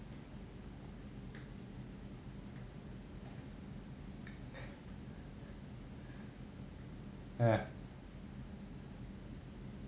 yeah